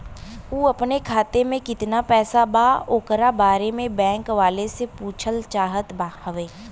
उ अपने खाते में कितना पैसा बा ओकरा बारे में बैंक वालें से पुछल चाहत हवे?